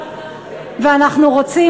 ואנחנו רוצים,